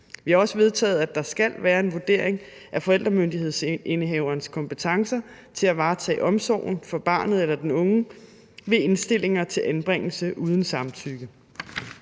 Vi har også vedtaget, at der skal være en vurdering af forældremyndighedsindehaverens kompetencer til at varetage omsorgen for barnet eller den unge ved indstillinger til anbringelse uden samtykke.